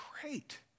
great